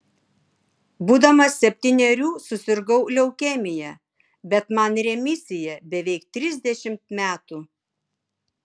būdamas septynerių susirgau leukemija bet man remisija beveik trisdešimt metų